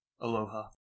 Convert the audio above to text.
Aloha